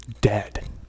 dead